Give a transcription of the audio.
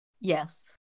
Yes